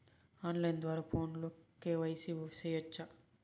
on line ద్వారా ఫోనులో KYC సేయొచ్చా